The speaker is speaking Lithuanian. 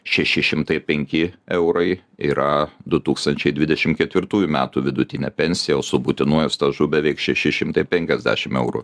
šeši šimtai penki eurai yra du tūkstančiai ketvirtųjų metų vidutinė pensija o su būtinuoju stažu beveik šeši šimtai penkiasdešimt eurų